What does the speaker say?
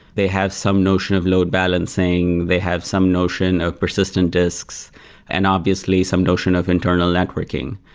they have some notion of load balancing. they have some notion of persistent disks and obviously, some notion of internal networking.